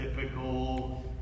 typical